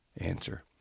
answer